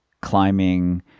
climbing